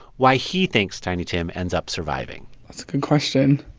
why he thinks tiny tim ends up surviving that's a good question